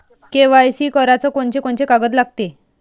KYC कराच कोनचे कोनचे कागद लागते?